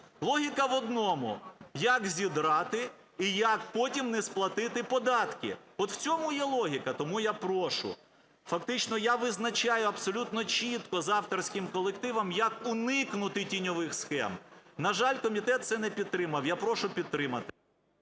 Логіка в одному – як зідрати і як потім не сплатити податки. От в цьому є логіка. Тому я прошу… фактично я визначаю абсолютно чітко з авторським колективом, як уникнути тіньових схем. На жаль, комітет це не підтримав. Я прошу підтримати.